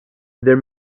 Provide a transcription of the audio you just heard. there